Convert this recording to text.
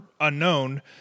unknown